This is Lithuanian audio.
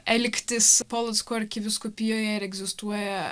elgtis polocko arkivyskupijoje ir egzistuoja